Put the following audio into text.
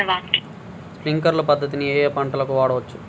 Sprinkler పద్ధతిని ఏ ఏ పంటలకు వాడవచ్చు?